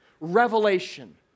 revelation